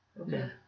Okay